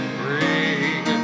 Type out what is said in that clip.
bring